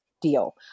Deal